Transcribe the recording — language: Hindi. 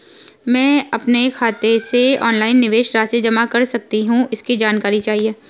मैं अपने खाते से ऑनलाइन निवेश राशि जमा कर सकती हूँ इसकी जानकारी चाहिए?